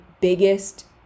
biggest